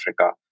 Africa